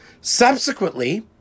Subsequently